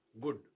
good